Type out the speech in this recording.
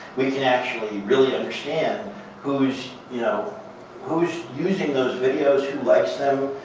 we can actually really understand who's you know who's using those videos, who likes them.